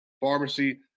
pharmacy